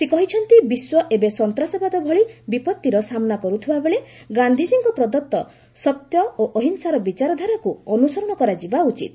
ସେ କହିଛନ୍ତି ବିଶ୍ୱ ଏବେ ସନ୍ତାସବାଦ ଭଳି ବିପତ୍ତିର ସାମ୍ବା କରୁଥିବାବେଳେ ଗାନ୍ଧିଜୀଙ୍କ ପ୍ରଦତ୍ତ ସତ୍ୟ ଓ ଅହିଂସାର ବିଚାରଧାରାକୁ ଅନୁସରଣ କରାଯିବା ଉଚିତ୍